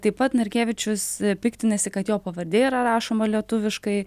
taip pat narkevičius piktinasi kad jo pavardė yra rašoma lietuviškai